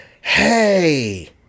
hey